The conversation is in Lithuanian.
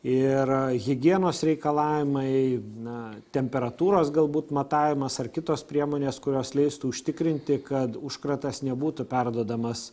ir higienos reikalavimai na temperatūros galbūt matavimas ar kitos priemonės kurios leistų užtikrinti kad užkratas nebūtų perduodamas